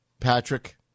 Patrick